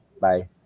Bye